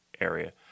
area